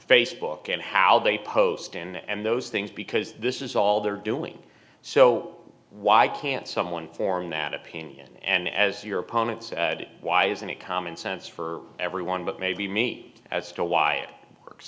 facebook and how they post and those things because this is all they're doing so why can't someone form that opinion and as your opponent said why isn't it common sense for everyone but maybe me as to why it works